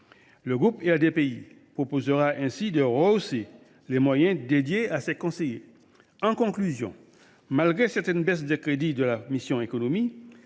Le groupe RDPI proposera ainsi de rehausser les moyens dévolus à ces conseillers. En conclusion, malgré certaines baisses de crédits de la mission « Économie